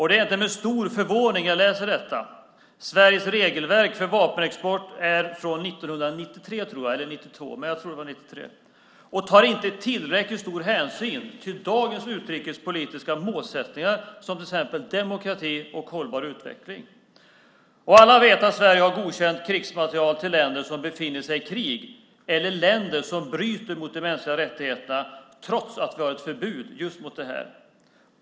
Det är med stor förvåning jag läser detta. Sveriges regelverk för vapenexport är från 1993 - tror jag. Den tar inte tillräckligt stor hänsyn till dagens utrikespolitiska målsättningar, till exempel demokrati och hållbar utveckling. Alla vet att Sverige har godkänt export av krigsmateriel till länder som befinner sig i krig eller till länder som bryter mot de mänskliga rättigheterna trots att vi har ett förbud just mot det.